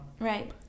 Right